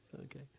Okay